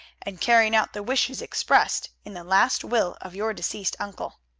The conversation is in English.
and carrying out the wishes expressed in the last will of your deceased uncle.